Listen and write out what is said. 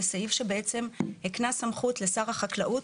זה סעיף שבעצם הקנה סמכות לשר החקלאות